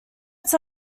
its